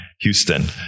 Houston